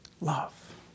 love